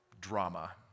drama